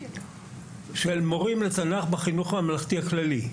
של מורים לתנ"ך בחינוך הממלכתי הכללי,